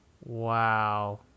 Wow